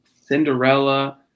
Cinderella